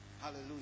Hallelujah